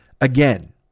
again